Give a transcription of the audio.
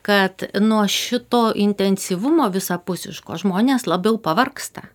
kad nuo šito intensyvumo visapusiško žmonės labiau pavargsta